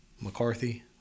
McCarthy